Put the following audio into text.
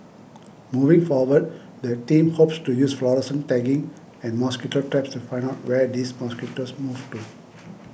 moving forward the team hopes to use fluorescent tagging and mosquito traps to find out where these mosquitoes move to